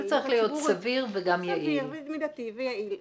זה צריך להיות סביר מידתי ויעיל.